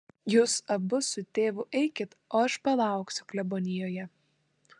jūs abu su tėvu eikit o aš palauksiu klebonijoje